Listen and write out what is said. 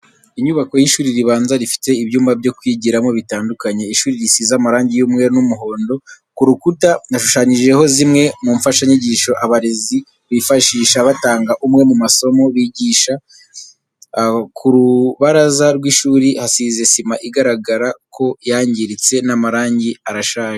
Inyubako y'ishuri ribanza rifite ibyumba byo kwigiramo bitandukanye, ishuri risize amarangi y'umweru n'umuhondo, ku rukura hashushanyijeho zimwe mu mfashanyigisho abarezi bifashisha batanga amwe mu masomo bigisha. ku rubaraza rw'ishuri hasize sima igaragara ko yangiritse n'amarangi arashaje.